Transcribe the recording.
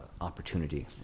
opportunity